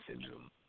syndrome